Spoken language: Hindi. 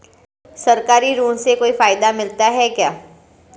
सरकारी ऋण से कोई फायदा मिलता है क्या?